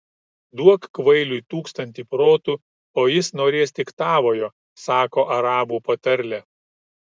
duok kvailiui tūkstantį protų o jis norės tik tavojo sako arabų patarlė